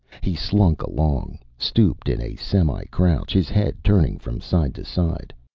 he slunk along, stooped in a semi-crouch, his head turning from side to side.